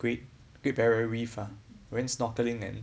um